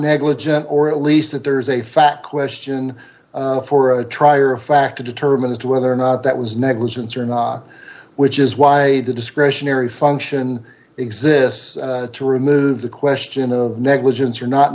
negligent or at least that there is a fact question for a try or fact to determine as to whether or not that was negligence or not which is why the discretionary function exists to remove the question of negligence or not